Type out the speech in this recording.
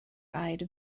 eyed